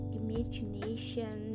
imagination